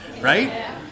right